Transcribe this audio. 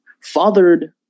fathered